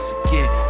again